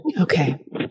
Okay